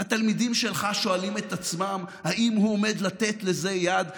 התלמידים שלך שואלים את עצמם: האם הוא עומד לתת לזה יד?